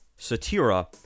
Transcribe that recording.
Satira